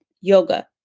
yoga